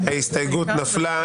ההסתייגות נפלה.